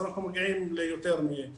אז אנחנו מגיעים ליותר מ-